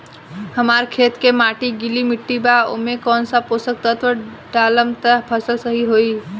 हमार खेत के माटी गीली मिट्टी बा ओमे कौन सा पोशक तत्व डालम त फसल सही होई?